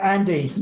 Andy